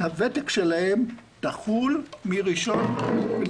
הוותק שלהם תחול מה-1